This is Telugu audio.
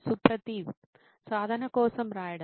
సుప్రతీవ్ సాధన కోసం రాయడం